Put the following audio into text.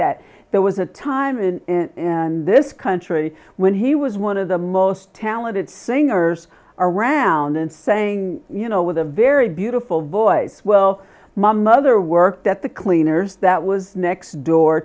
that there was a time in in this country when he was one of the most talented singers around and saying you know with a very beautiful voice well my mother worked at the cleaners that was next door